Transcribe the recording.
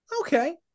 Okay